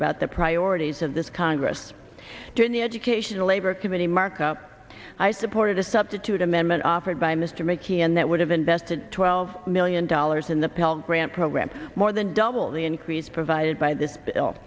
about the priorities of this congress during the educational labor committee markup i supported a substitute amendment offered by mr making and that would have invested twelve million dollars in the pell grant program more than double the increase provided by this bill